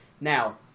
Now